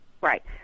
Right